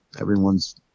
everyone's